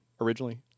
originally